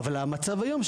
אבל המצב היום,